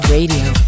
Radio